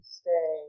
stay